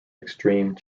extreme